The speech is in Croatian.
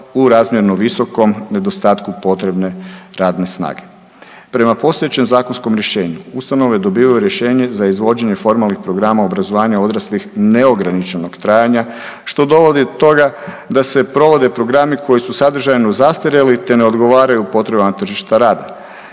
u razmjerno visokom nedostatku potrebne radne snage. Prema postojećem zakonskom rješenje ustanove dobivaju rješenje za izvođenje formalnih programa obrazovanja odraslih neograničenog trajanja što dovodi do toga da se provode programi koji su sadržajno zastarjeli te ne odgovaraju potrebama tržišta rada.